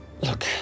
Look